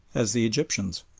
as the egyptians.